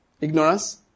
ignorance